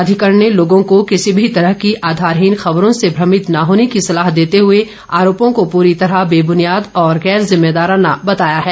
प्राधिकरण ने लोगों को किसी भी तरह की आधारहीन खबरों से भ्रमित न होने की सलाह देते हुए आरोपों को पूरी तरह बेबुनियाद और गैर जिम्मेदाराना बताया है